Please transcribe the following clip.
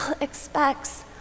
expects